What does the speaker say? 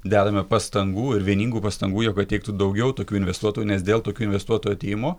dedame pastangų ir vieningų pastangų jog ateitų daugiau tokių investuotojų nes dėl tokių investuotojų atėjimo